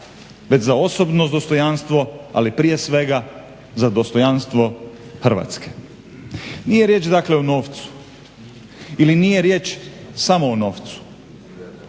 već za osobno dostojanstvo, ali prije svega za dostojanstvo Hrvatske. Nije riječ dakle o novcu ili nije riječ samo o novcu,